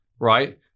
right